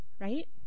right